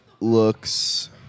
looks